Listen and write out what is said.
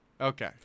Okay